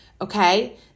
okay